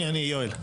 אני, יואל.